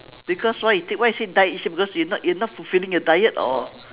because why you take why you say die each day because you are not you are not fulfilling your diet or